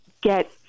get